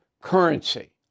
currency